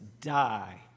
die